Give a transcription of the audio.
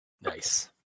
Nice